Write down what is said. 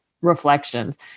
reflections